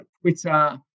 Twitter